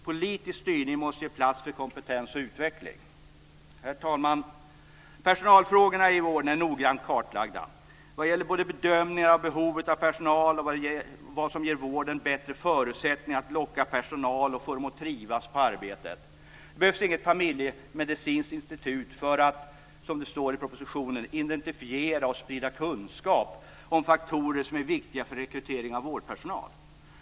Politisk styrning måste ge plats för kompetens och utveckling. Herr talman! Personalfrågorna i vården är noggrant kartlagda. Det gäller både bedömningar av behovet av personal som vad som ger vården bättre förutsättningar att locka personal och få den att trivas på arbetet. Det behövs inget familjemedicinskt institut för att, som det står i propositionen, identifiera och sprida kunskap om faktorer som är viktiga för rekrytering av vårdpersonal.